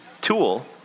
Tool